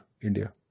India